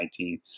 2019